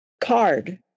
card